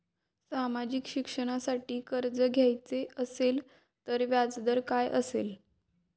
शिक्षणासाठी कर्ज घ्यायचे असेल तर व्याजदर काय असेल?